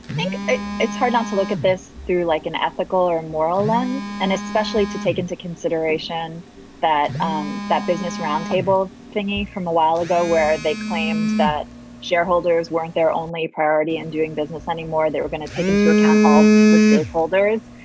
think it's hard not to look at this through like an ethical or moral lens and especially to take into consideration that um that business roundtable thingy from a while ago where they claimed that shareholders weren't their only priority and doing business anymore. they were going to take into account all the stakeholders.